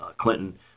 Clinton